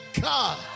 God